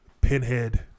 Pinhead